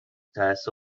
تاسف